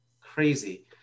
Crazy